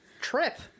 trip